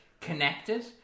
connected